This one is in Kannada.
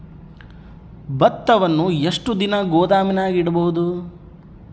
ಭತ್ತವನ್ನು ಎಷ್ಟು ದಿನ ಗೋದಾಮಿನಾಗ ಇಡಬಹುದು?